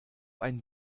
ein